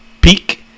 peak